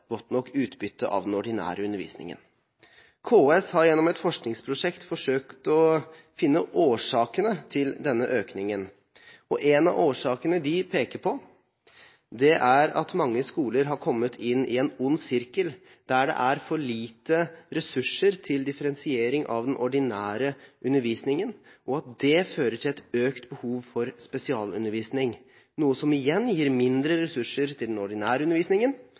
godt nok utbytte av den ordinære undervisningen. KS har gjennom et forskningsprosjekt forsøkt å finne årsakene til denne økningen. En av årsakene de peker på, er at mange skoler har kommet inn i en ond sirkel, der det er for lite ressurser til differensiering av den ordinære undervisningen, og at det fører til et økt behov for spesialundervisning, noe som igjen gir mindre ressurser til den ordinære undervisningen,